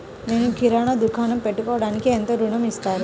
నేను కిరాణా దుకాణం పెట్టుకోడానికి ఎంత ఋణం ఇస్తారు?